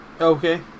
Okay